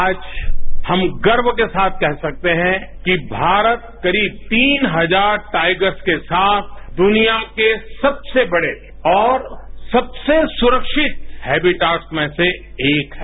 आज हम गर्व के साथ कह सकते हैं कि भारत करीब तीन हजार टाइगर्स के साथ दनिया के सबसे बड़े और सबसे सुरक्षित हैविटाद्स में से एक है